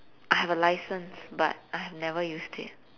I have a license but I have never used it